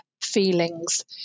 feelings